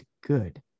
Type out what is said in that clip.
good